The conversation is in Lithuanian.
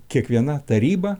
kiekviena taryba